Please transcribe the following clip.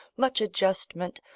much adjustment,